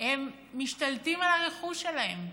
הם משתלטים על הרכוש שלהם.